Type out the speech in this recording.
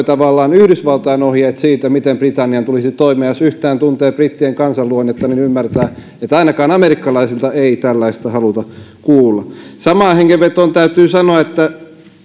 tavallaan yhdysvaltain ohjeet siitä miten britannian tulisi toimia jos yhtään tuntee brittien kansanluonnetta niin ymmärtää että ainakaan amerikkalaisilta ei tällaista haluta kuulla samaan hengenvetoon täytyy sanoa että